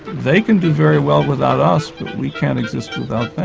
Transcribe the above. they can do very well without us but we can't exist without